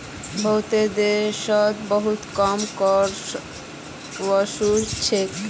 बहुतेते देशोत बहुत कम कर वसूल छेक